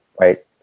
Right